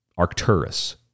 Arcturus